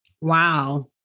Wow